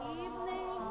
evening